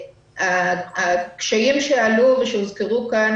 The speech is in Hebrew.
הקשיים שעלו ושהוזכרו כאן,